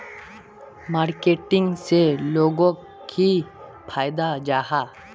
Marketing से लोगोक की फायदा जाहा?